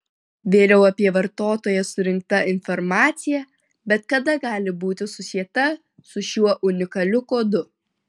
vėliau apie vartotoją surinkta informacija bet kada gali būti susieta su šiuo unikaliu kodu